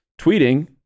tweeting